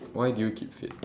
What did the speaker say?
why do you keep fit